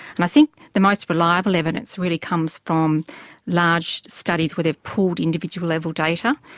and i think the most reliable evidence really comes from large studies where they've pooled individual level data.